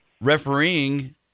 refereeing